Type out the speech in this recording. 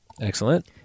Excellent